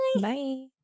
Bye